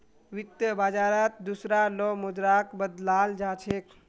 वित्त बाजारत दुसरा लो मुद्राक बदलाल जा छेक